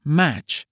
match